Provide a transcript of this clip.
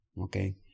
Okay